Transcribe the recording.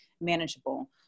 manageable